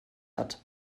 hat